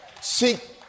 Seek